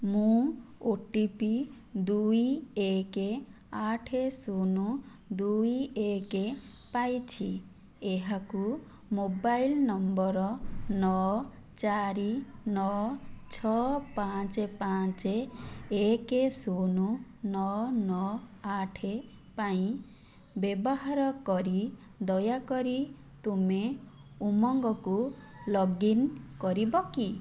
ମୁଁ O T P ଦୁଇ ଏକ ଆଠ ଶୂନ ଦୁଇ ଏକ ପାଇଛି ଏହାକୁ ମୋବାଇଲ ନମ୍ବର ନଅ ଚାରି ନଅ ଛଅ ପାଞ୍ଚ ପାଞ୍ଚ ଏକ ଶୂନ ନଅ ନଅ ଆଠ ପାଇଁ ବ୍ୟବହାର କରି ଦୟାକରି ତୁମେ ଉମଙ୍ଗକୁ ଲଗ୍ ଇନ୍ କରିବ କି